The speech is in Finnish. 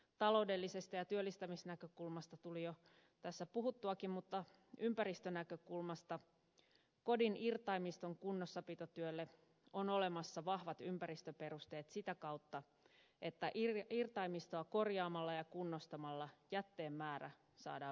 taloudellisesta ja työllistämisnäkökulmasta tuli jo tässä puhuttuakin mutta ympäristönäkökulmasta kodin irtaimiston kunnossapitotyölle on olemassa vahvat ympäristöperusteet sitä kautta että irtaimistoa korjaamalla ja kunnostamalla jätteen määrä saadaan vähentymään